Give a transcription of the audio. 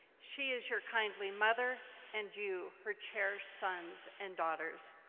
she is your kindly mother and you her cherished sons and daughters.